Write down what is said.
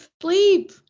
sleep